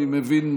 אני מבין,